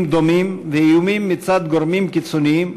דומים ואיומים מצד גורמים קיצוניים,